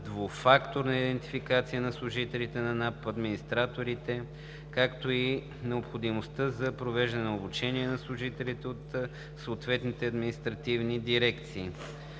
двуфакторна идентификация на служителите на НАП и администраторите, както и необходимостта за провеждане на обучение на служителите от съответните административни дирекции.“